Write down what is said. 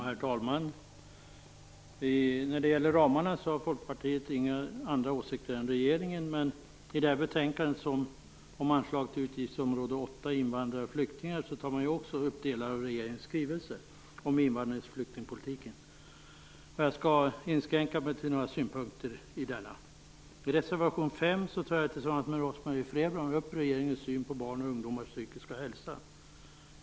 Herr talman! När det gäller ramarna har Folkpartiet inga andra åsikter än regeringen, men i betänkandet om anslag till utgiftsområde 8, invandrare och flyktingar, tas också delar av regeringens skrivelse om invandrings och flyktingpolitiken upp. Jag skall inskränka mig till några synpunkter om denna. I reservation 5 tar jag tillsammans med Rose Marie Frebran upp regeringens syn på barns och ungdomars psykiska hälsa.